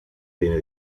tiene